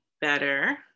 better